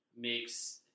makes